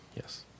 Yes